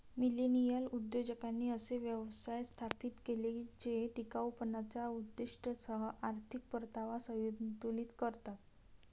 millennial उद्योजकांनी असे व्यवसाय स्थापित केले जे टिकाऊपणाच्या उद्दीष्टांसह आर्थिक परतावा संतुलित करतात